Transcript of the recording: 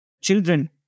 Children